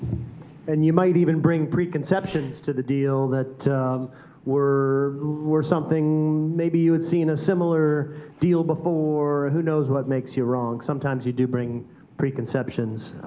and you might even bring preconceptions to the deal that were were something maybe you had seen a similar deal before. who knows what makes you wrong. sometimes you do bring preconceptions.